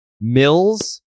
Mills